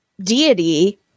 deity